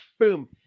boom